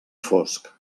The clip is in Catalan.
fosc